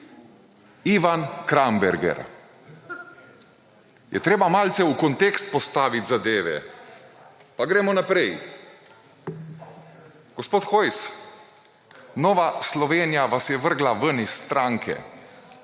Ivan Kramberger.« Je treba malce v kontekst postaviti zadeve. Pa gremo naprej. Gospod Hojs, Nova Slovenija vas je vrgla ven iz stranke,